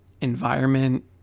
environment